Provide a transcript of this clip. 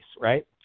right